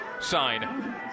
sign